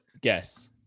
Guess